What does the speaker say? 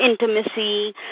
intimacy